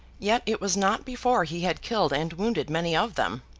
yet it was not before he had killed and wounded many of them.